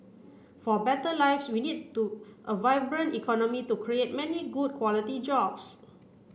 for better lives we need to a vibrant economy to create many good quality jobs